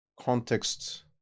context